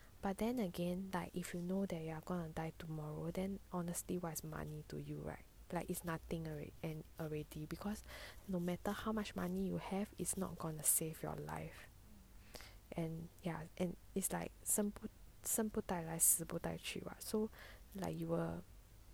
but then again like if you know that you are gonna die tomorrow then honestly what's money to you right like it's nothing already because no matter how much money you have is not gonna save your life and ya and it's like 生不带来死不带去 [what] so like you will